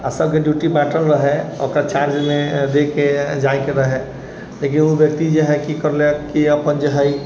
आ सबके डयूटी बाँटल रहे ओकर चार्ज मे दय के जाय के रहे लेकिन ओ व्यक्ति जे है की करलक की अपन जे है